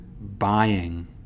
buying